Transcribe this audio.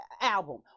album